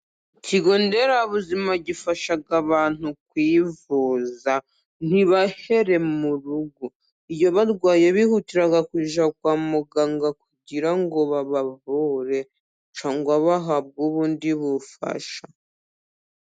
Ikigo nderabuzima gifasha abantu kwivuza ntibahere mu rugo, iyo barwaye bihutira kujya kwa muganga kugira ngo babavure, cyangwa bahabwe ubundi bufasha.